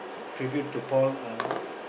tribute to Paul um